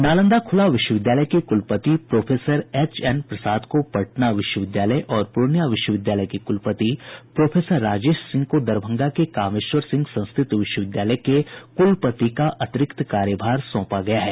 नालंदा खुला विश्वविद्यालय के कुलपति प्रोफेसर एचएन प्रसाद को पटना विश्वविद्यालय और पूर्णिया विश्वविद्यालय के कुलपति प्रोफेसर राजेश सिंह को दरभंगा के कामेश्वर सिंह संस्कृत विश्वविद्यालय के कुलपति का अंतरिक्त कार्यभार सोंपा गया है